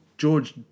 George